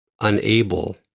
unable